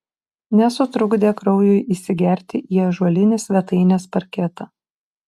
nesutrukdė kraujui įsigerti į ąžuolinį svetainės parketą